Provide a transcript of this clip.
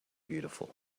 beautiful